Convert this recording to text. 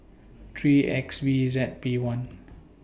three X V Z P one